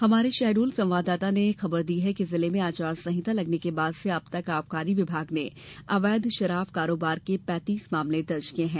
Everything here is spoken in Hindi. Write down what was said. हमारे शहडोल संवाददाता ने खबर दी है कि जिले में आचार संहिता लगने के बाद से अब तक आबकारी विभाग ने अवैध शराब कारोबार के पैतीस मामले दर्ज किये हैं